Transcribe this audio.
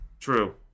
True